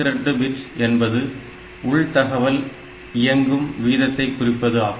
32 bit என்பது உள்தகவல் இயங்கும் வீதத்தை குறிப்பது ஆகும்